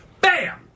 bam